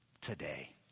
today